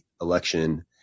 election